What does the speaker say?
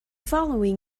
following